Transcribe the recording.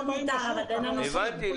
הבנתי.